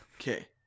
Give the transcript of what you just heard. Okay